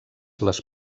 les